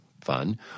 fun